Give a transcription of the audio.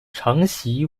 承袭